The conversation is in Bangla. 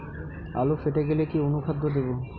আলু ফেটে গেলে কি অনুখাদ্য দেবো?